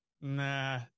Nah